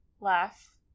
laugh